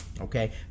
okay